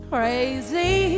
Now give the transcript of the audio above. Crazy